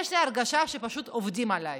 יש לי הרגשה שפשוט עובדים עליי,